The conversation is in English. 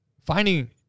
finding